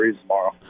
tomorrow